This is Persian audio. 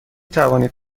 توانید